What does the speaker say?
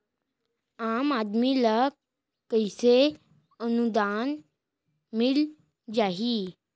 आम आदमी ल कइसे अनुदान मिल जाही?